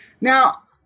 Now